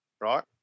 right